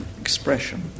expression